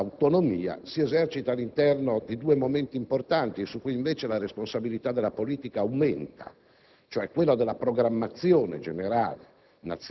- l'autonomia si esercita all'interno di due momenti importanti su cui, invece, la responsabilità della politica aumenta: quello della programmazione generale,